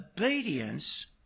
obedience